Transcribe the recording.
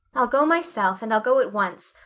i'll go myself and i'll go at once.